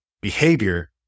behavior